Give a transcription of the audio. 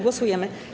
Głosujemy.